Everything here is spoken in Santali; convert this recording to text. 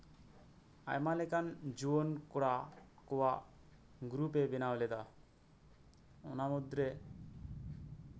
ᱟᱭᱢᱟ ᱞᱮᱠᱟᱱ ᱡᱩᱣᱟᱹᱱ ᱠᱚᱲᱟ ᱠᱩᱣᱟᱜ ᱜᱨᱩᱯᱮᱭ ᱵᱮᱱᱟᱣ ᱞᱮᱫᱟ ᱚᱱᱟ ᱢᱩᱫᱽᱨᱮ